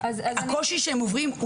והקושי שהם עוברים,